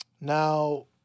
Now